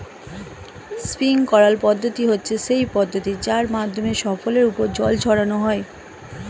sprinkler পদ্ধতি হচ্ছে সেই পদ্ধতি যার মাধ্যমে ফসলের ওপর জল ছড়ানো হয়